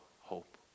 hope